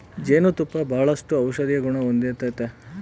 ಜೇನು ತುಪ್ಪ ಬಾಳಷ್ಟು ಔಷದಿಗುಣ ಹೊಂದತತೆ